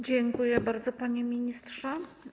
Dziękuję bardzo, panie ministrze.